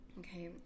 okay